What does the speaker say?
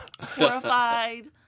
horrified